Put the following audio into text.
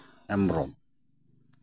Hembrom